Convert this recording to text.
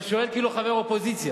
אתה שואל כאילו חבר אופוזיציה.